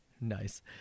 Nice